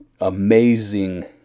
amazing